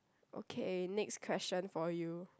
okay next question for you